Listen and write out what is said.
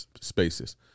spaces